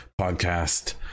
podcast